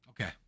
Okay